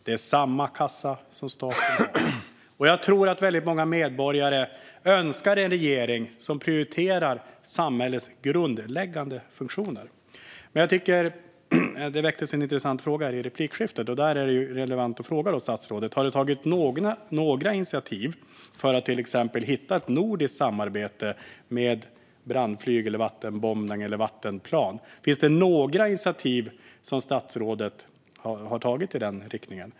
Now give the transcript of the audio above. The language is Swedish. Det är samma kassa som staten har. Jag tror att väldigt många medborgare önskar en regering som prioriterar samhällets grundläggande funktioner. Jag tycker att det väcktes en intressant fråga i replikskiftet, och det är relevant att fråga statsrådet om det har tagits några initiativ för att till exempel hitta ett nordiskt samarbete gällande brandflyg, vattenbombning eller vattenplan. Har statsrådet tagit några initiativ i den riktningen?